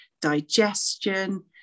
digestion